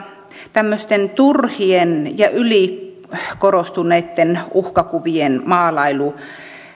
tämmöisten turhien ja ylikorostuneitten uhkakuvien maalailu